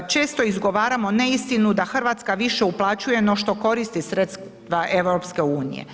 Često izgovaramo neistinu da Hrvatska više uplaćuje no što koristi sredstva EU.